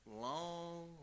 long